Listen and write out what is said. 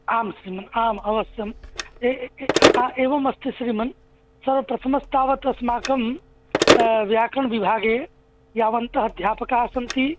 आम् श्रीमन् आम् अवश्यम् एवम् अस्ति श्रीमन् सर्वप्रथमस्तावत् अस्माकं व्याकरणविभागे यावन्तः अध्यापकाः सन्ति